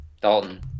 Dalton